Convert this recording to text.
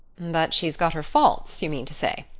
but she's got her faults, you mean to say?